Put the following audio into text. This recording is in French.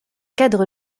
cadre